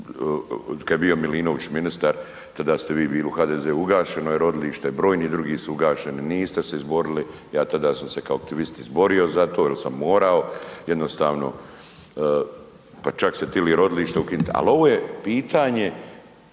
kad je bio Milinović tada ste vi bili u HDZ-u, ugašeno je rodilište, brojni drugi su ugašeni, niste se izborili, ja tada sam se kao aktivist izborio za to jel sam morao, jednostavno, pa čak su tili i rodilište ukinit. Al ovo je pitanje